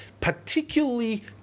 particularly